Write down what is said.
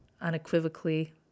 unequivocally